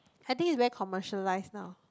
I think it's very commercialised now